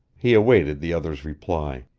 he awaited the other's reply.